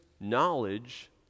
knowledge